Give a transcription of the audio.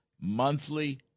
monthly